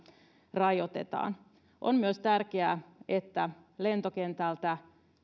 rajoitetaan on myös tärkeää että lentokentältä